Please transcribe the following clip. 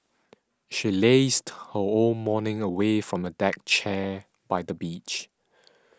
she lazed her whole morning away on a deck chair by the beach